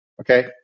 Okay